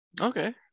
Okay